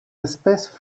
espèces